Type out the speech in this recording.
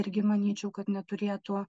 irgi manyčiau kad neturėtų